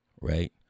right